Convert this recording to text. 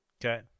Okay